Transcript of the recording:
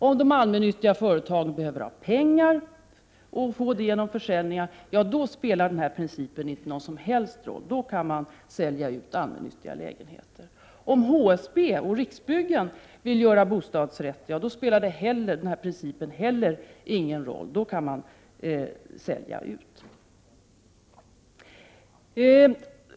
Om de allmännyttiga företagen behöver pengar och kan få det genom försäljningar, ja, då spelar den här principen inte någon som helst roll. Då kan man få sälja ut allmännyttiga lägenheter. Om HSB och Riksbyggen vill göra bostadsrätter, spelar denna princip inte heller någon roll. Då kan man sälja ut.